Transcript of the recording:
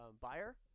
buyer